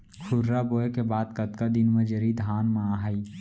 खुर्रा बोए के बाद कतका दिन म जरी धान म आही?